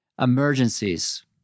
Emergencies